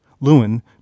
Lewin